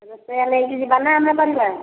ରୋଷେଇୟା ନେଇକି ଯିବା ନା ଆମେ କରିବା